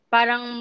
Parang